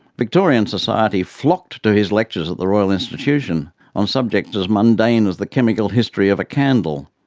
victorian society flocked to his lectures at the royal institution on subjects as mundane as the chemical history of a candle.